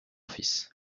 fils